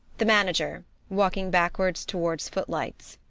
the manager walking backwards towards footlights.